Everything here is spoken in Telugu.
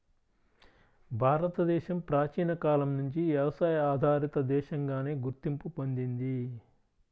భారతదేశం ప్రాచీన కాలం నుంచి వ్యవసాయ ఆధారిత దేశంగానే గుర్తింపు పొందింది